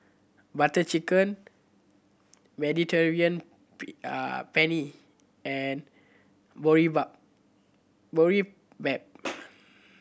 Butter Chicken Mediterranean Penne and Boribap